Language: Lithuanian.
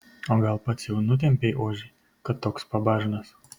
o gal pats jau nutempei ožį kad toks pabažnas